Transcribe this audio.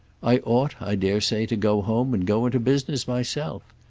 i ought, i dare say, to go home and go into business myself.